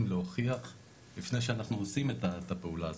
להוכיח לפני שאנחנו עושים את הפעולה הזאת,